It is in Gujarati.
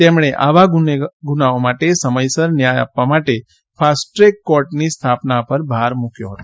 તેમણે આવા ગુનાઓ માટે સમયસર ન્યાય આપવા માટે ફાસ્ટ ટ્રેક કોર્ટની સ્થાપના ઉપર ભાર મૂક્યો હતો